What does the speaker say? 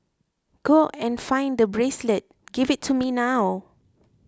go and find the bracelet give it to me now